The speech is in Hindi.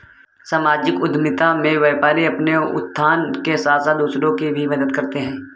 सामाजिक उद्यमिता में व्यापारी अपने उत्थान के साथ साथ दूसरों की भी मदद करते हैं